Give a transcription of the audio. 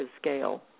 scale